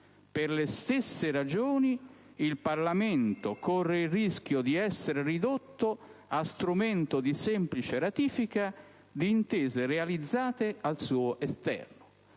Per le stesse ragioni il Parlamento corre il rischio di essere ridotto a strumento di semplice ratifica di intese realizzate al suo esterno».